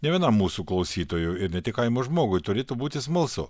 ne vienam mūsų klausytojui ir ne tik kaimo žmogui turėtų būti smalsu